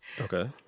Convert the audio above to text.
Okay